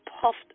puffed